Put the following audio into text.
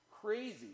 crazy